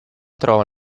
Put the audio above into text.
trova